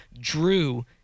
Drew